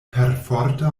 perforta